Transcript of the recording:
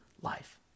life